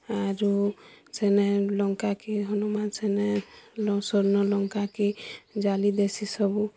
ଆରୁ ସେନେ ଲଙ୍କାକେ ହନୁମାନ୍ ସେନେ ସ୍ଵର୍ଣ ଲଙ୍କାକେ ଜାଲିଦେସି ସବୁ